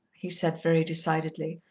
he said very decidedly.